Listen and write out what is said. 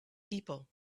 people